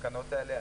ההתאזרחות.